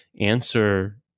answer